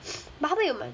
but 它们有买